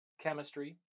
chemistry